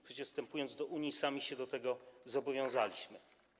Przecież wstępując do Unii, sami się do tego zobowiązaliśmy.